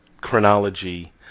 chronology